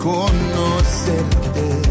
Conocerte